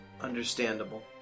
understandable